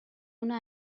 una